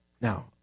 Now